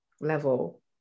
level